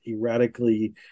erratically